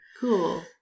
Cool